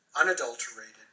unadulterated